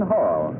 Hall